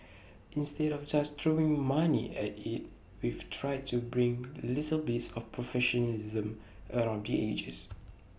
instead of just throwing money at IT we've tried to bring little bits of professionalism around the edges